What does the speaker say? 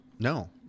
No